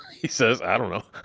he says. i don't know,